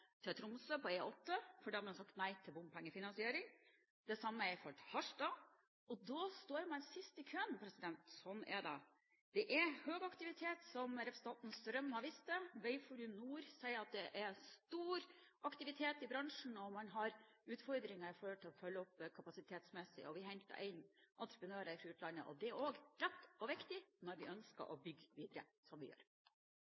til Tromsø på E8, for de har sagt nei til bompengefinansiering. Det samme er tilfellet for Harstad, og da står en sist i køen – slik er det. Det er høy aktivitet, som representanten Strøm har vist til. Vegforum Nord sier at det er stor aktivitet i bransjen, og en har utfordringer med å følge opp kapasitetsmessig, og vi henter inn entreprenører fra utlandet. Og det er rett og viktig når vi ønsker å